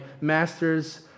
master's